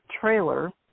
trailer